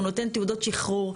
הוא נותן תעודות שחרור.